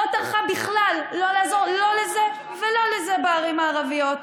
לא טרחה בכלל לא לעזור לא לזה ולא לזה בערים המעורבות,